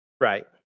Right